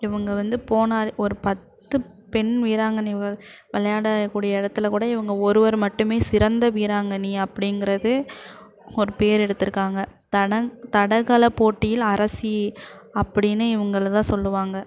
இவங்க வந்து போனால் ஒரு பத்து பெண் வீராங்கனை வெ விளையாடக்கூடிய இடத்துல கூட இவங்க ஒருவர் மட்டும் சிறந்த வீராங்கனி அப்படிங்கிறது ஒரு பேர் எடுத்துருக்காங்க தட தடகள போட்டியில் அரசி அப்படின்னு இவங்கள தான் சொல்லுவாங்க